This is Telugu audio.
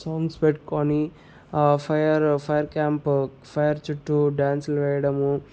సాంగ్స్ పెట్టుకొని ఆ ఫైరు ఫైర్ క్యాంపుఫైర్ చుట్టూ డ్యాన్స్లు వేయడము